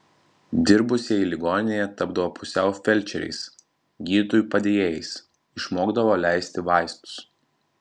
dirbusieji ligoninėje tapdavo pusiau felčeriais gydytojų padėjėjais išmokdavo leisti vaistus